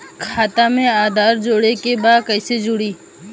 खाता में आधार जोड़े के बा कैसे जुड़ी?